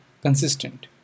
consistent